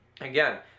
again